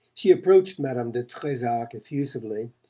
she approached madame de trezac effusively,